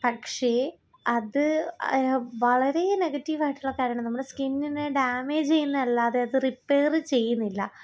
പക്ഷേ അത് വളരേ നെഗറ്റീവായിട്ടുള്ള കാര്യമാണ് നമ്മടെ സ്കിന്നിനെ ഡാമേജെയ്യുന്നല്ലാതെ അത് റിപ്പെയറ് ചെയ്യുന്നില്ല